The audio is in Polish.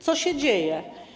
Co się dzieje?